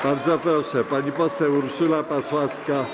Bardzo proszę, pani poseł Urszula Pasławska.